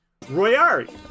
royari